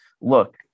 look